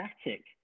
static